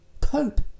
cope